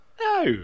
No